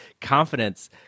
confidence